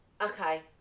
Okay